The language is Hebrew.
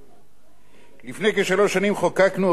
לפני כשלוש שנים חוקקנו הוראת שעה בחוק ההוצאה